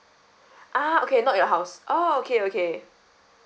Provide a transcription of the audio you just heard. a'ah okay not your house orh okay okay